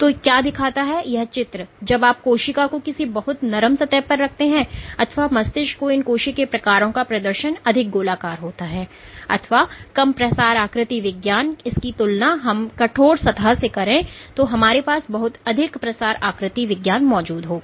तो क्या दिखाता है यह चित्र जब आप कोशिका को किसी बहुत नरम सतह पर रखते हैं अथवा मस्तिष्क को इन कोशिकीय प्रकारों का प्रदर्शन अधिक गोलाकार होता हैं अथवा कम प्रसार आकृति विज्ञान इसकी तुलना हम कठोर सतह से करें तो हमारे पास बहुत अधिक प्रसार आकृति विज्ञान मौजूद होगा